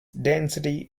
density